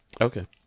Okay